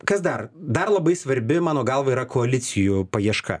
kas dar dar labai svarbi mano galva yra koalicijų paieška